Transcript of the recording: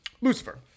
Lucifer